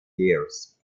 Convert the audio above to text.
years